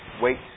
Wait